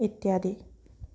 ইত্যাদি